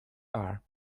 are